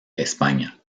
españa